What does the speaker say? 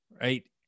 right